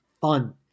fun